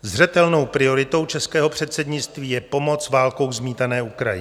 Zřetelnou prioritou českého předsednictví je pomoc válkou zmítané Ukrajině.